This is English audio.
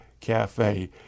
Cafe